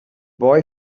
boy